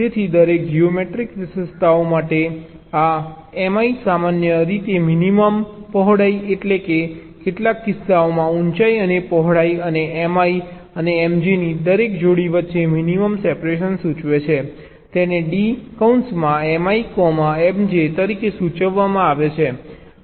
તેથી દરેક જીઓમેટ્રીક વિશેષતાઓ માટે આ Mi સામાન્ય રીતે મિનિમમ પહોળાઈ અને કેટલાક કિસ્સાઓમાં ઊંચાઈ અને પહોળાઈ અને Mi અને Mj ની દરેક જોડી વચ્ચે મિનિમમ સેપરેશન સૂચવે છે તેને dMi Mj તરીકે સૂચવવામાં આવે છે